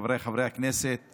חבריי חברי הכנסת,